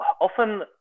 often